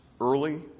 early